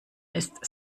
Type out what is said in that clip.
ist